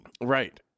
Right